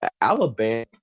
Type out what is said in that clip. Alabama